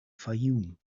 fayoum